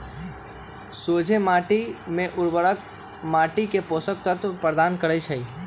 सोझें माटी में उर्वरक माटी के पोषक तत्व प्रदान करै छइ